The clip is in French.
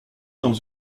dans